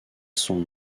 son